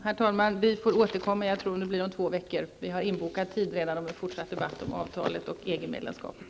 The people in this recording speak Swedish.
Herr talman! Vi får återkomma, jag tror det blir om två veckor. Vi har redan tid inbokad för fortsatt debatt om avtalet och EG-medlemskapet.